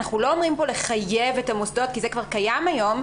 אנחנו לא אומרים פה לחייב את המוסדות כי זה כבר קיים היום,